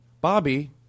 Bobby